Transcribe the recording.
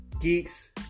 geeks